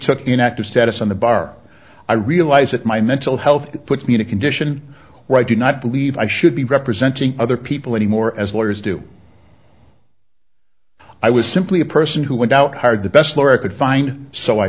took an active status on the bar i realize that my mental health puts me in a condition where i do not believe i should be representing other people anymore as lawyers do i was simply a person who went out hired the best lawyer i could find so i